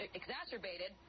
exacerbated